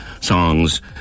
songs